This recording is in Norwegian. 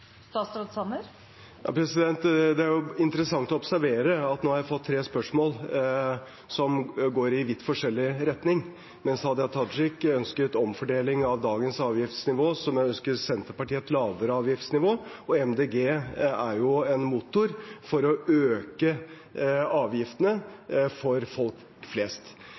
Det er interessant å observere at jeg nå har fått tre spørsmål som går i vidt forskjellig retning. Mens Hadia Tajik ønsker en omfordeling av dagens avgiftsnivå, ønsker Senterpartiet et lavere avgiftsnivå, og Miljøpartiet De Grønne er jo en motor for å øke avgiftene for folk flest.